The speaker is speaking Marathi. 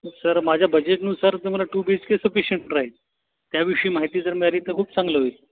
मग सर माझ्या बजेटनुसार त मला टूबीएचके सफिशियंट राहील त्याविषयी माहिती जर मिळाली तर खूप चांगलं होईल